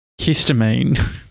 histamine